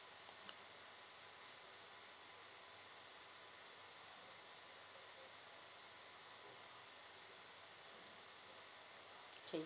okay